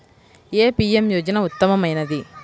ఏ PM యోజన ఉత్తమమైనది?